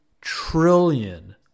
trillion